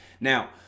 Now